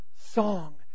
song